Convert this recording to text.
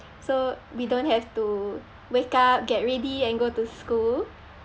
so we don't have to wake up get ready and go to school